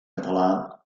català